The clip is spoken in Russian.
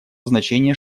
значение